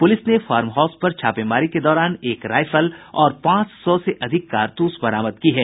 police ने farm house पर छापेमारी के दौरान एक राइफल और पांच सौ से अधिक कारतूस बरामद की है